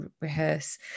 rehearse